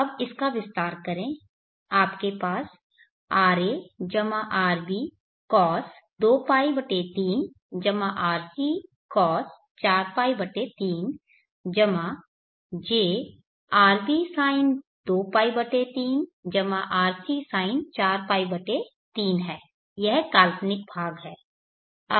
अब इसका विस्तार करें आपके पास ra rbcos 2π3 rccos 4π 3 j rbsin 2π 3 rcsin 4π 3 है यह काल्पनिक भाग है